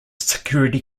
security